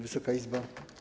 Wysoka Izbo!